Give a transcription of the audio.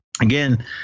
again